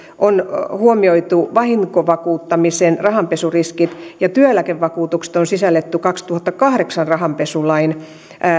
on huomioitu vahinkovakuuttamisen rahanpesuriskit ja työeläkevakuutukset on sisällytetty kaksituhattakahdeksan rahanpesulain